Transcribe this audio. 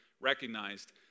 recognized